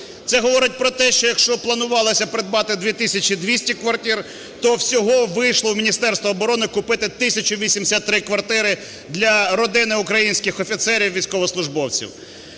Це говорить про те, якщо планувалося придбати 2 тисячі 200 квартир, то всього вийшло у Міністерства оборони купити 1 тисячу 83 квартири для родин українських офіцерів військовослужбовців.